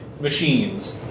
machines